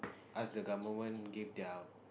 ask the government give their